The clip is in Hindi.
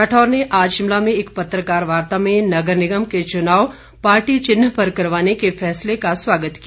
राठौर ने आज शिमला में एक पत्रकार वार्ता में नगर निगम के चुनाव पार्टी व चिन्ह पर करवाने के फैसले का स्वागत किया